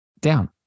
down